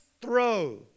throw